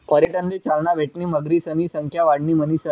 पर्यटनले चालना भेटणी मगरीसनी संख्या वाढणी म्हणीसन